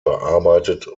bearbeitet